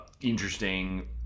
interesting